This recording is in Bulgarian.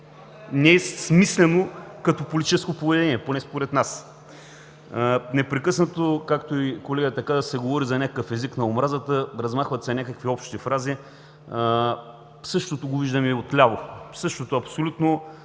е смислено като политическо поведение, поне според нас. Непрекъснато, както и колегата каза, се говори за някакъв език на омразата, размахват се някакви общи фрази. Същото го виждаме и отляво – същото абсолютно